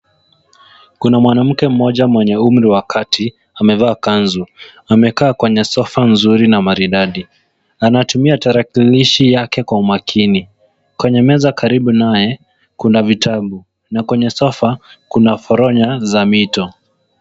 Kuna mwanamke mmoja mwenye umri wa kati, amevaa kanzu. Amekaa kwenye sofa nzuri na maridadi. Anatumia tarakilishi yake kwa umakini. Kwenye meza karibu naye, kuna vitabu. Na kwenye sofa, kuna foronya za mito.